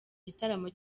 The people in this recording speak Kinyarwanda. gitaramo